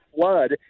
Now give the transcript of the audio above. flood